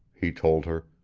he told her.